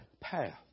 path